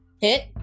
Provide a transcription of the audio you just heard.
hit